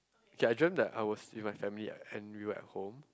okay I dream that I was in my family and Henry right at home